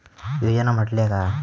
योजना म्हटल्या काय?